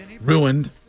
ruined